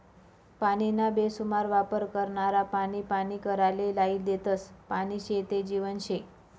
पानीना बेसुमार वापर करनारा पानी पानी कराले लायी देतस, पानी शे ते जीवन शे